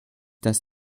das